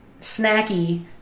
snacky